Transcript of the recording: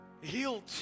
Healed